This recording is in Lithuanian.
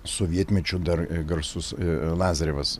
sovietmečiu dar garsus lazarevas